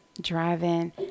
driving